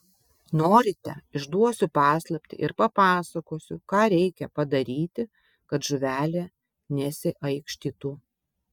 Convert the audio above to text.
norite išduosiu paslaptį ir papasakosiu ką reikia padaryti kad žuvelė nesiaikštytų